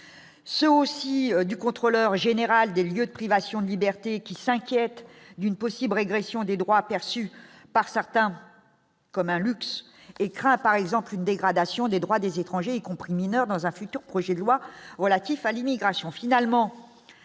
se aussi du contrôleur général des lieux de privation de liberté qui s'inquiètent d'une possible régression des droits perçus par certains comme un luxe écrin par exemple une dégradation des droits des étrangers y compris mineurs dans un futur projet de loi relatif à l'immigration,